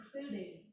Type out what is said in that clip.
including